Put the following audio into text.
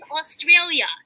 Australia